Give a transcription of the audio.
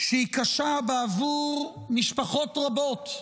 קשה בעבור משפחות רבות,